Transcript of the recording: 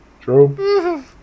True